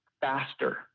faster